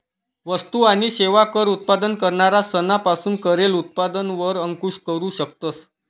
वस्तु आणि सेवा कर उत्पादन करणारा सना पासून करेल उत्पादन वर अंकूश करू शकतस